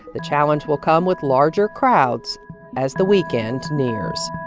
the challenge will come with larger crowds as the weekend nears